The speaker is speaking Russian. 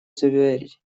заверить